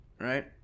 right